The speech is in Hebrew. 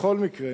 בכל מקרה,